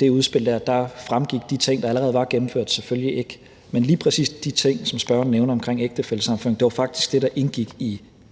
det udspil, fremgik de ting, der allerede var gennemført, selvfølgelig ikke. Men lige præcis de ting, som spørgeren nævner, om ægtefællesammenføring var faktisk det, der indgik i